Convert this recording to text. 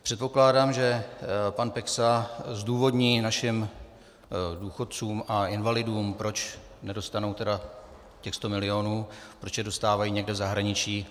Předpokládám, že pan Peksa zdůvodní našim důchodcům a invalidům, proč nedostanou tedy těch 100 milionů, proč je dostávají někde v zahraničí.